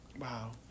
Wow